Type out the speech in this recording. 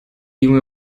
junge